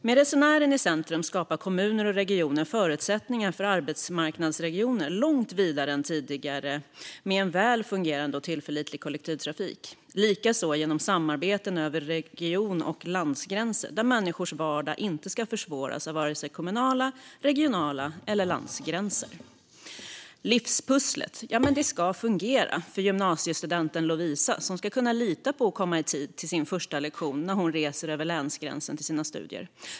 Med resenären i centrum skapar kommuner och regioner förutsättningar för arbetsmarknadsregioner långt större än tidigare, med en väl fungerande och tillförlitlig kollektivtrafik. Det görs även genom samarbeten över regions och landsgränser. Människors vardag ska inte försvåras av vare sig kommunala gränser, regionala gränser eller landsgränser. Livspusslet ska fungera för gymnasiestudenten Lovisa, som ska kunna lita på att hon kommer i tid till sin första lektion när hon reser över länsgränsen för sina studier.